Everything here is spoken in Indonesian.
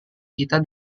kita